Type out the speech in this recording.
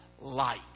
light